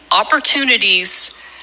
opportunities